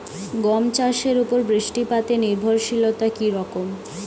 গম চাষের উপর বৃষ্টিপাতে নির্ভরশীলতা কী রকম?